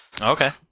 Okay